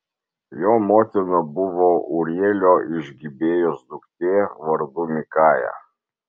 jo motina buvo ūrielio iš gibėjos duktė vardu mikaja